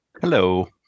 Hello